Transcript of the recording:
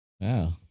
Wow